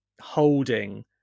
holding